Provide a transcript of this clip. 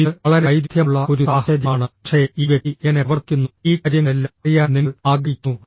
ഇത് വളരെ വൈരുദ്ധ്യമുള്ള ഒരു സാഹചര്യമാണ് പക്ഷേ ഈ വ്യക്തി എങ്ങനെ പ്രവർത്തിക്കുന്നു ഈ കാര്യങ്ങളെല്ലാം അറിയാൻ നിങ്ങൾ ആഗ്രഹിക്കുന്നു